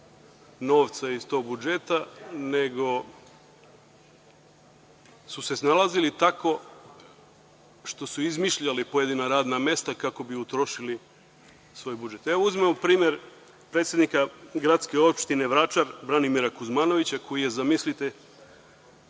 novca iz tog budžeta, nego su se snalazili tako što su izmišljali pojedina radna mesta kako bi utrošili svoj budžet. Evo, uzmimo primer predsednika gradske opštine Vračar, Branimira Kuzmanovića, u stvari